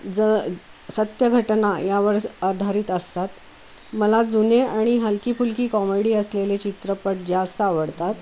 ज सत्यघटना यावरच आधारित असतात मला जुने आणि हलकी फुलकी कॉमेडी असलेले चित्रपट जास्त आवडतात